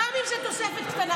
גם אם זאת תוספת קטנה.